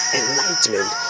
enlightenment